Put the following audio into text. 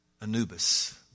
Anubis